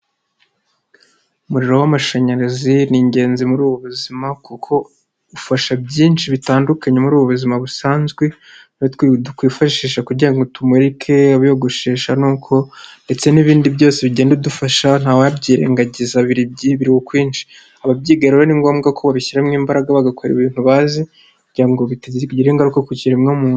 Umuriro w'amashanyarazi ni ingenzi muri ubu buzima kuko ufasha byinshi bitandukanye muri ubu buzima busanzwe. Aho tuwifashisha kugira ngo tumurike, abiyogoshesha ni uko ndetse n'ibindi byose ugenda udufasha, ntawabyirengagiza biri ukwinshi. Ababyiga rero ni ngombwa ko babishyiramo imbaraga, bagakora ibintu bazi ngo bitagira ingaruka ku kiremwa muntu.